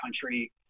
country